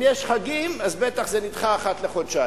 אם יש חגים, בטח זה נדחה ואז אחת לחודשיים.